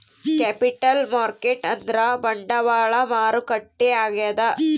capital market ಅಂದ್ರ ಬಂಡವಾಳ ಮಾರುಕಟ್ಟೆ ಆಗ್ಯಾದ